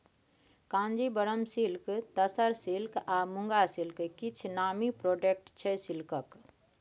Kanjeevaram silk, tussar silk आ muga silk किछ नामी प्रोडक्ट छै सिल्कक